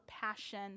passion